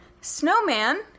Snowman